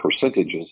percentages